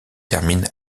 termine